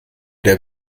der